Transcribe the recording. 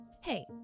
hey